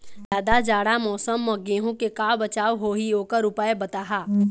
जादा जाड़ा मौसम म गेहूं के का बचाव होही ओकर उपाय बताहा?